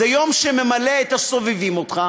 זה יום שממלא את הסובבים אותך,